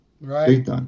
Right